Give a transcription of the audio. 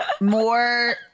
more